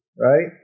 right